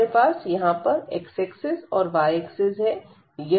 हमारे पास यहां पर x एक्सिस और y एक्सिस है